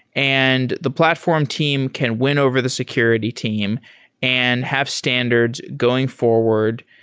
and the platform team can win over the security team and have standards going forward,